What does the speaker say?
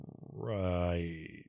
right